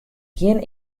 gjin